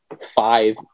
five